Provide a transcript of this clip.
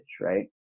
right